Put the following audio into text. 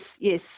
yes